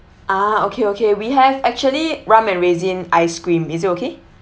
ah okay okay we have actually rum and raisin ice cream is it okay